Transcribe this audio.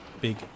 big